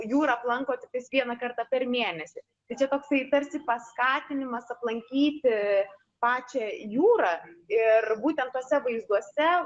jūrą aplanko tiktais vieną kartą per mėnesį tai čia toksai tarsi paskatinimas aplankyti pačią jūrą ir būtent tuose vaizduose